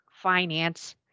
finance